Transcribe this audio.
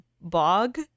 bog